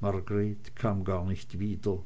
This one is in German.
margreth kam gar nicht wieder